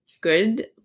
good